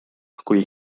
kui